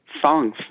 songs